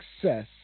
success